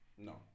No